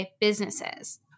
businesses